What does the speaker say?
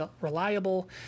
reliable